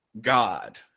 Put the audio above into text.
God